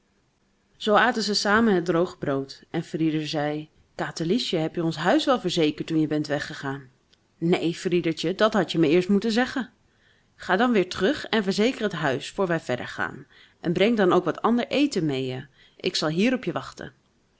zoo aten ze samen het droge brood en frieder zei katerliesje heb je ons huis wel verzekerd toen je bent weggegaan neen friedertje dat had je me eerst moeten zeggen ga dan weer terug en verzeker het huis voor wij verder gaan en breng dan ook wat ander eten meê ik zal hier op je wachten